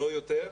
לא יותר.